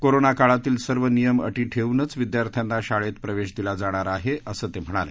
corona काळातील सर्व नियम अटी ठेवूनच विद्यार्थ्यांना शाळेत प्रवेश दिला जाणार आहे असं ते म्हणाले